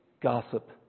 gossip